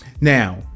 Now